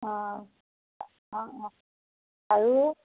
অঁ আৰু